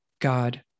God